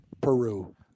Peru